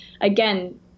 again